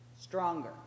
Stronger